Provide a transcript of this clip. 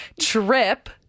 Trip